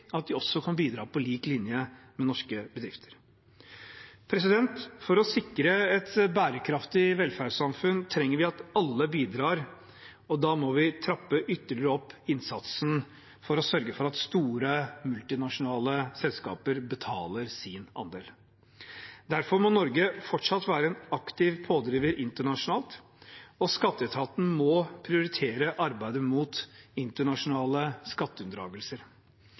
at de også kan bidra på lik linje med norske bedrifter. For å sikre et bærekraftig velferdssamfunn trenger vi at alle bidrar, og da må vi trappe ytterligere opp innsatsen for å sørge for at store multinasjonale selskaper betaler sin andel. Derfor må Norge fortsatt være en aktiv pådriver internasjonalt, og skatteetaten må prioritere arbeidet mot internasjonale skatteunndragelser.